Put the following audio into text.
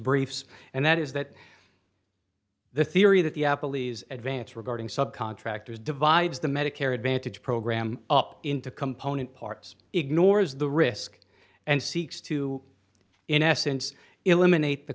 briefs and that is that the theory that the apple e's advance regarding subcontractors divides the medicare advantage program up into component parts ignores the risk and seeks to in essence eliminate the